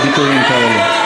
לא ציפיתי ממך לביטויים כאלה.